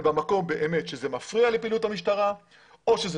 ובמקום שזה באמת מפריע לפעילות המשטרה או שזה